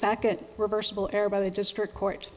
second reversible error by the district court